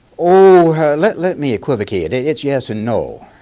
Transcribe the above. oh let let me equivocate. and it's yes and no.